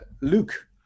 Luke